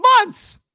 months